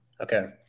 okay